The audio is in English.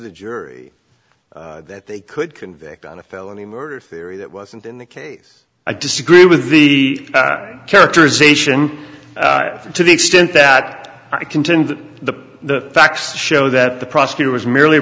the jury that they could convict on a felony murder theory that wasn't in the case i disagree with the characterization to the extent that i contend the facts show that the prosecutor was merely